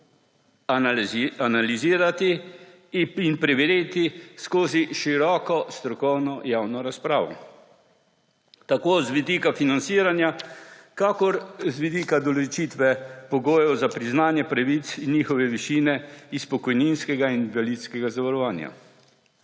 analizirati in preveriti skozi široko strokovno javno razpravo, tako z vidika financiranja kakor z vidika določitve pogojev za priznanje pravic in njihove višine iz pokojninskega in invalidskega zavarovanja.